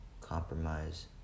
compromise